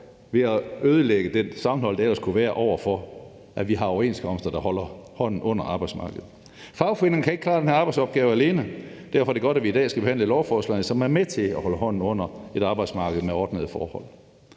ved at ødelægge det sammenhold, der ellers kunne være der, i forhold til at vi har overenskomster, der holder hånden under arbejdsmarkedet. Fagforeningerne kan ikke klare den her arbejdsopgave alene. Derfor er det godt, at vi i dag skal behandle et lovforslag, som er med til at holde hånden under et arbejdsmarked med ordnede forhold.